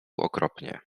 okropnie